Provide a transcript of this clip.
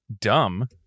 dumb